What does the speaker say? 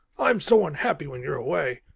i'm so unhappy when you're away.